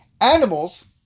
animals